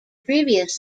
previous